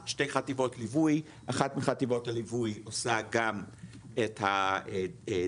שתי חטיבות ליווי אחת מחטיבות הליווי עושה גם את הדיגיטל,